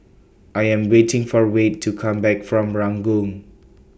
I Am waiting For Wayde to Come Back from Ranggung